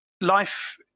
life